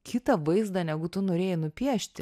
kitą vaizdą negu tu norėjai nupiešti